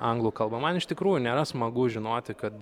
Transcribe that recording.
anglų kalba man iš tikrųjų nėra smagu žinoti kad